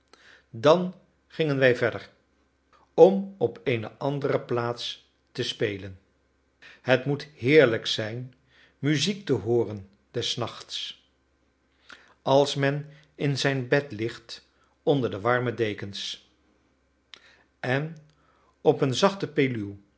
dan gingen wij verder om op eene andere plaats te spelen het moet heerlijk zijn muziek te hooren des nachts als men in zijn bed ligt onder de warme dekens en op een zachte